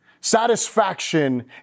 Satisfaction